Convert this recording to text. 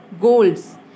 goals